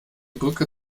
brücke